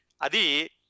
Adi